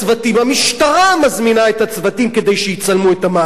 המשטרה מזמינה את הצוותים כדי שיצלמו את המעצר.